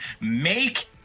Make